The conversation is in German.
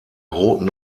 roten